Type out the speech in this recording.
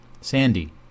Sandy